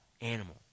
animal